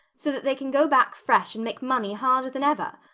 so that they can go back fresh and make money harder than ever!